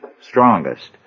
strongest